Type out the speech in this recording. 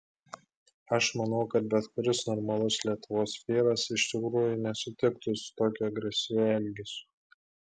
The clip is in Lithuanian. aš manau kad bet kuris normalus lietuvos vyras iš tikrųjų nesutiktų su tokiu agresyviu elgesiu